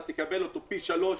אתה תקבל אותו פי שלושה,